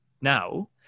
now